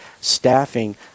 staffing